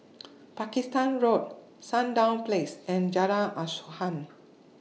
Pakistan Road Sandown Place and Jalan Asuhan